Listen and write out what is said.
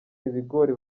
ibigori